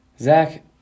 Zach